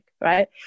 right